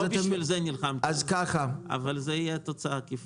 לא בשביל זה נלחמנו אבל זו תהיה תוצאה עקיפה.